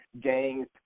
gangs